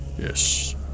Yes